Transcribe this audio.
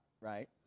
Right